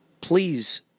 please